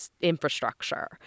infrastructure